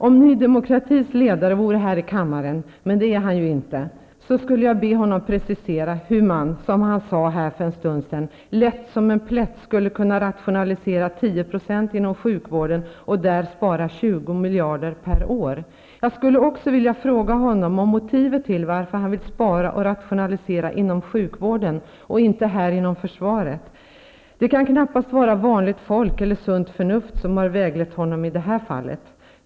Om Ny demokratis ledare vore här i kammaren, men det är han ju inte, skulle jag be honom precisera hur man, som han sade här för en stund sedan, lätt som en plätt skulle kunna rationalisera 10 % inom sjukvården och där spara 20 miljarder kronor per år. Jag skulle också vilja fråga honom om motivet till att han vill spara och rationalisera inom sjukvården och inte inom försvaret. Det kan knappast vara vanligt folk eller sunt förnuft som har väglett honom i det här fallet.